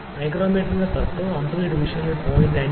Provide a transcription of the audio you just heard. മൈക്രോമീറ്ററിന്റെ തത്വം 50 ഡിവിഷനുകളിൽ 0